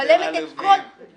--- אתם אלופים.